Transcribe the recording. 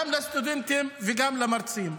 גם הסטודנטים וגם המרצים.